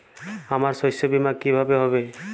আমার শস্য বীমা কিভাবে হবে?